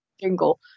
jingle